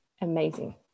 amazing